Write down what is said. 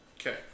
Okay